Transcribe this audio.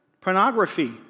Pornography